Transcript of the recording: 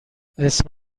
اسم